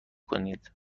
کنید